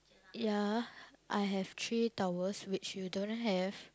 ya I have three towers which you don't have